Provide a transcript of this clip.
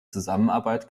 zusammenarbeit